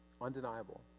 undeniable